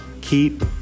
Keep